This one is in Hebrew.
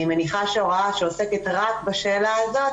אני מניחה שהוראה שעוסקת רק בשאלה הזאת,